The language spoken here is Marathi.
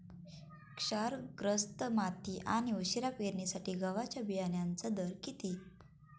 क्षारग्रस्त माती आणि उशिरा पेरणीसाठी गव्हाच्या बियाण्यांचा दर किती?